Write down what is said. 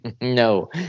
no